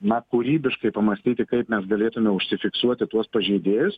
na kūrybiškai pamąstyti kaip mes galėtume užsifiksuoti tuos pažeidėjus